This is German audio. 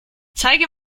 zeige